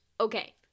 Okay